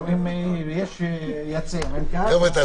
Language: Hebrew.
עולם התרבות לא יכול לפעול בלי קהל.